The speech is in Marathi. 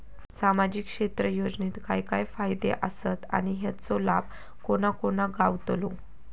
सामजिक क्षेत्र योजनेत काय काय फायदे आसत आणि हेचो लाभ कोणा कोणाक गावतलो?